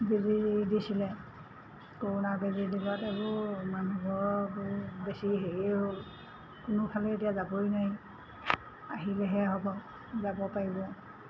বেজী দিছিলে কৰোনা বেজী দিলত এইবোৰ মানুহবোৰৰ এই বেছি হেৰিয়ে হ'ল কোনোফালেই এতিয়া যাবই নোৱাৰি আহিলেহে হ'ব যাব পাৰিব